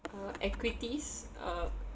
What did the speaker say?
uh equities uh